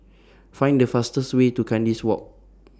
Find The fastest Way to Kandis Walk